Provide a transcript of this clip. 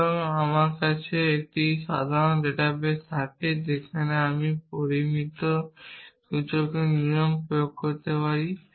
সুতরাং যদি আমার কাছে এমন একটি সাধারণ ডাটাবেস থাকে যেখানে আমি পরিমিত সূচকের নিয়ম প্রয়োগ করতে পারি